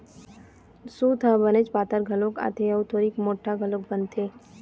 सूत ह बनेच पातर घलोक आथे अउ थोरिक मोठ्ठा घलोक बनथे